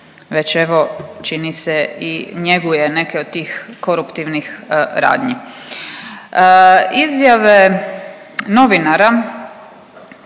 već evo čini se i njeguje neke od tih koruptivnih radnji. Izjave novinara